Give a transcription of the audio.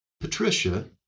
Patricia